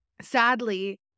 sadly